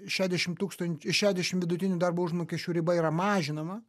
šešiasdešimt tūkstančių šešiasdešimt vidutinių darbo užmokesčių riba yra mažinama